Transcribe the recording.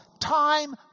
time